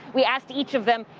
we asked each of them,